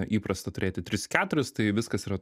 įprasta turėti tris keturis tai viskas yra